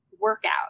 workout